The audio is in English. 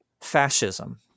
Fascism